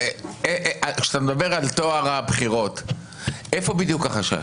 כשאתה מדבר על טוהר הבחירות, איפה בדיוק החשש?